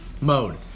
mode